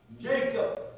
Jacob